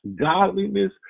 godliness